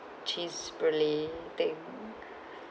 cheese brulee thing